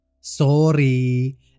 Sorry